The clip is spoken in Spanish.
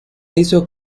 hizo